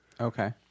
Okay